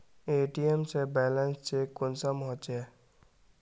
ATM से balance check कुंसम होचे?